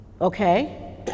Okay